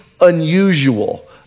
unusual